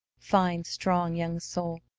fine, strong young soul,